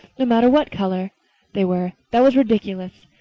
no matter what color they were, that was ridiculous.